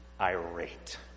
irate